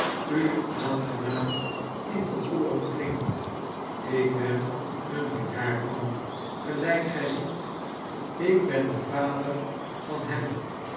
u aangenaam in de ooren klinkt ik ben een bejaard man gelijk gij ziet ik ben de vader van hem